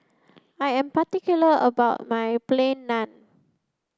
I am particular about my plain Naan